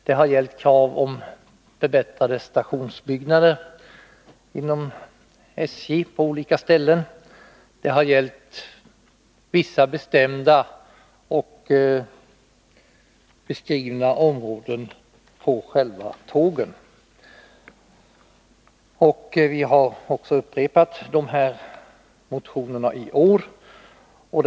Det har gällt förbättrade stationsbyggnader på olika ställen, och det har gällt vissa bestämda och beskrivna områden på själva tågen. Vi har upprepat de här motionerna också i år.